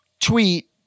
tweet